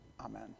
Amen